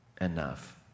enough